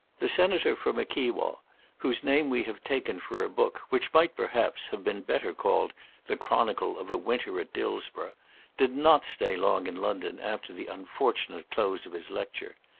the senator for mickewa whose name we have taken for a book which might perhaps have been better called the chronicle of a winter at dillsborough did not stay long in london after the unfortunate close of his lecture.